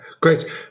great